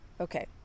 Okay